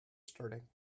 starting